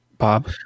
bob